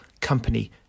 company